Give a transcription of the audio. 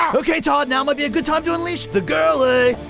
ok, todd now may be a good time to unleash the gurley!